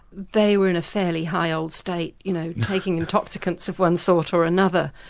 they were in a fairly high old state you know, taking in toxicants of one sort or another,